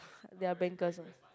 they are bankers ah